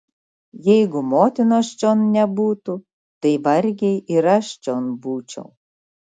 jeigu motinos čion nebūtų tai vargiai ir aš čion būčiau